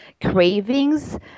cravings